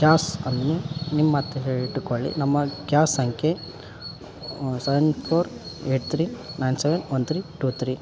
ಗ್ಯಾಸನ್ನು ನಿಮ್ಮ ಹತ್ತಿರ ಇಟ್ಟುಕೊಳ್ಳಿ ನಮ್ಮ ಗ್ಯಾಸ್ ಸಂಖ್ಯೆ seven four eight three nine seven one three two three